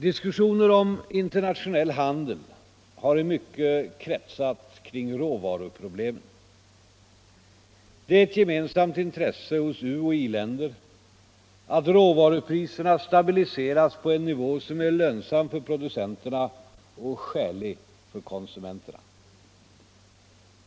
Diskussionen om internationell handel hat i mycket kretsat kring råvaruproblemen. Det är ett gemensamt intresse hos uoch i-länder att råvarupriserna stabiliseras på en nivå som är lönsam för producenterna och skälig för konsumenterna.